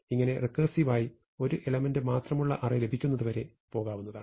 ഇങ്ങനെ റെക്കേർസിവ് ആയി ഒരു എലമെന്റ് മാത്രമുള്ള അറേ ലഭിക്കുന്നതുവരെ പോകാവുന്നതാണ്